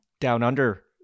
down-under